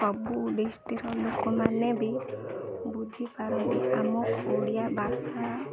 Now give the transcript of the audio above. ସବୁ ଡିଷ୍ଟ୍ରିକ୍ ଲୋକମାନେ ବି ବୁଝିପାରନ୍ତି ଆମ ଓଡ଼ିଆ ଭାଷା